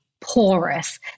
porous